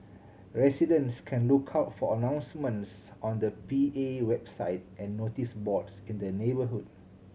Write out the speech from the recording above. residents can look out for announcements on the P A website and notice boards in the neighbourhood